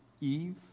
Eve